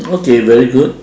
okay very good